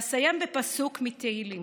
ואסיים בפסוק מתהילים: